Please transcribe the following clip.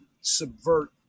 subvert